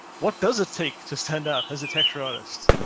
what does it take to send out as a texture artist?